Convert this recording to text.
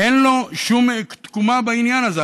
אין לו שום תקומה בעניין הזה.